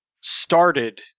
started